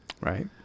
Right